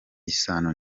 isano